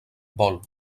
vol